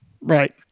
Right